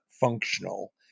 functional